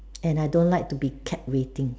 and I don't like to be kept waiting